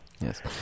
Yes